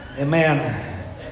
Amen